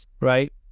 right